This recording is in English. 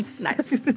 Nice